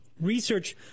research